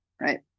right